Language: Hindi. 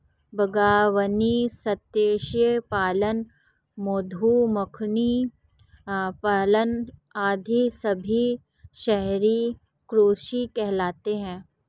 बागवानी, मत्स्य पालन, मधुमक्खी पालन आदि सभी शहरी कृषि कहलाते हैं